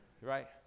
right